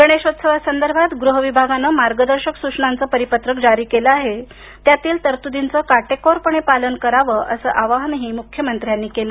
गणेशोत्सवासंदर्भात गृहविभागाने मार्गदर्शक सुचनांचे परिपत्रक जारी केलं आहे त्यातील तरतुदींचे काटेकोरपणे पालन करावं असं आवाहनही मुख्यमंत्र्यांनी केले